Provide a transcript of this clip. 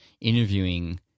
interviewing